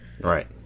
right